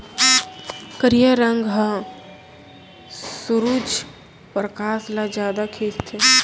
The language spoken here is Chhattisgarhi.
करिया रंग ह सुरूज परकास ल जादा खिंचथे